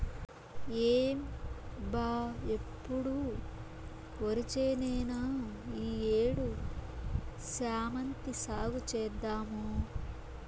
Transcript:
ఏం బా ఎప్పుడు ఒరిచేనేనా ఈ ఏడు శామంతి సాగు చేద్దాము